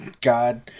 God